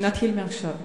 נתחיל מעכשיו.